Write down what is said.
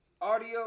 audio